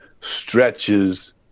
stretches